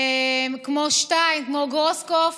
כמו שטיין, כמו גרוסקופף,